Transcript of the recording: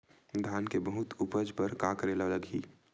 धान के बहुत उपज बर का करेला लगही?